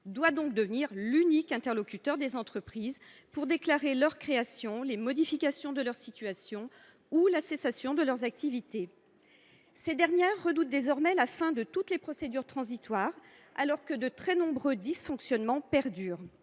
doit devenir l’unique interlocuteur des entreprises pour déclarer leur création, les modifications de leur situation ou la cessation de leur activité. Ces dernières redoutent désormais la fin de toutes les procédures transitoires, alors que de très nombreux dysfonctionnements perdurent.